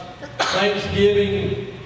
thanksgiving